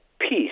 peace